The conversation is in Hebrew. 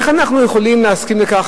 איך אנחנו יכולים להסכים לכך,